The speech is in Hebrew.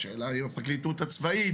השאלה היא לפרקליטות הצבאית